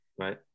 Right